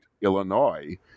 Illinois